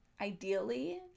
ideally